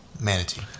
Manatee